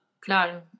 Claro